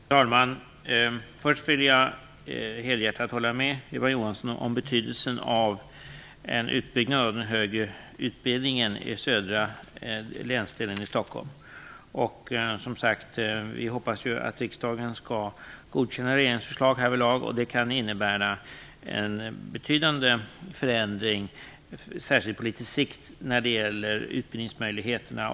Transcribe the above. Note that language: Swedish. Fru talman! Först vill jag helhjärtat hålla med Eva Johansson om betydelsen av en utbyggnad av den högre utbildningen i den södra delen av Stockholms län. Som sagt hoppas vi att riksdagen skall godkänna regeringens förslag härvidlag. Det kan innebära en betydande förändring, särskilt på litet sikt, när det gäller utbildningsmöjligheterna.